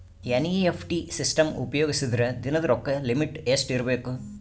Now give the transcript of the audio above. NEFT system ಉಪಯೋಗಿಸಿದರ ದಿನದ ರೊಕ್ಕದ ಲಿಮಿಟ್ ಎಷ್ಟ ಇರಬೇಕು?